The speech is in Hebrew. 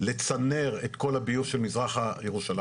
לצנר את כל הביוב של מזרח ירושלים.